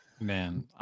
Man